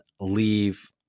leave